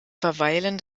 verweilen